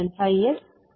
5S 0